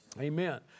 Amen